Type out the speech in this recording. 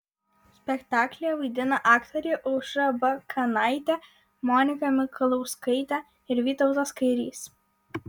spektaklyje vaidina aktoriai aušra bakanaitė monika mikalauskaitė ir vytautas kairys